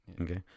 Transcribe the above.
Okay